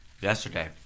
Yesterday